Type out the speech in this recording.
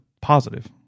positive